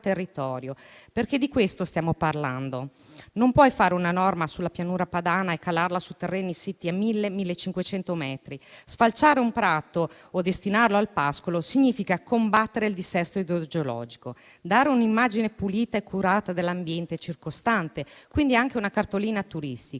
territorio. Di questo, infatti, stiamo parlando: non si può approvare una norma sulla Pianura padana e calarla su terreni siti a 1.000-1.500 metri. Sfalciare un prato o destinarlo al pascolo significa combattere il dissesto idrogeologico; dare un'immagine pulita e curata dell'ambiente circostante, quindi anche una cartolina turistica.